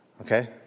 Okay